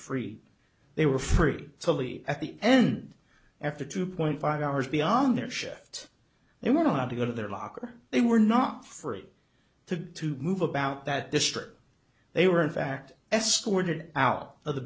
free they were free to leave at the end after two point five hours beyond their shift they were not to go to their locker they were not free to move about that district they were in fact escorted out of the